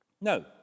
No